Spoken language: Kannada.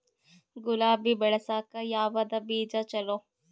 ಗುಲಾಬಿ ಬೆಳಸಕ್ಕ ಯಾವದ ಬೀಜಾ ಚಲೋ?